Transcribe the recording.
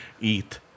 Eat